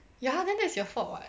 ya then that's your fault [what]